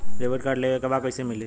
Debit card लेवे के बा कईसे मिली?